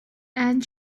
and